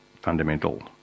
fundamental